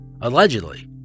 Allegedly